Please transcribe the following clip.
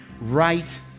right